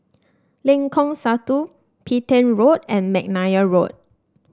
Lengkong Satu Petain Road and McNair Road